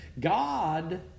God